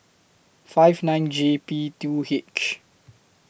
five nine J P two H